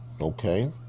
Okay